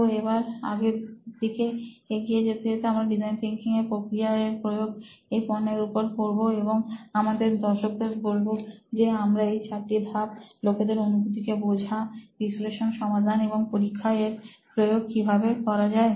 তো এবার আগের দিকে এগিয়ে যেতে যেতে আমরা ডিজাইন থিংকিং প্রক্রিয়া এর প্রয়োগ এই পণ্যের উপর করব এবং আমাদের দর্শকদের বলব যে আমরা এর চারটি ধাপ লোকেদের অনুভূতিকে বোঝা বিশ্লেষণ সমাধান এবং পরীক্ষা এর প্রয়োগ কিভাবে করা যায়